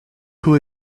who